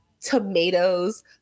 tomatoes